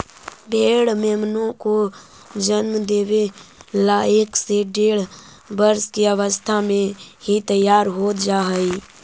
भेंड़ मेमनों को जन्म देवे ला एक से डेढ़ वर्ष की अवस्था में ही तैयार हो जा हई